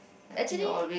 actually